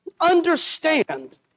understand